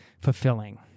fulfilling